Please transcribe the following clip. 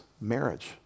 marriage